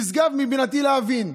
נשגב מבינתי להבין.